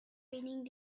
raining